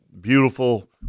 beautiful